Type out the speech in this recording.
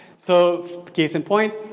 so case and point,